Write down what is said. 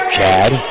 Chad